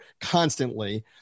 constantly